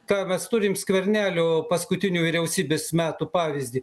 ką mes turim skvernelio paskutinių vyriausybės metų pavyzdį